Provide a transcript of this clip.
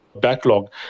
backlog